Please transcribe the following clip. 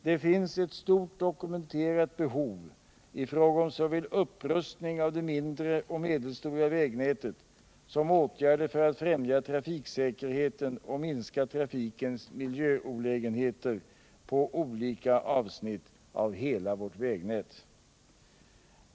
Det finns ett stort dokumenterat behov i fråga om såväl upprustning av det mindre och medelstora vägnätet som åtgärder för att främja trafiksäkerheten och minska trafikens miljöolägenheter på olika avsnitt av hela vårt vägnät.